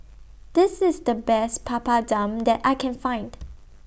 This IS The Best Papadum that I Can Find